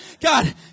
God